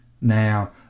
Now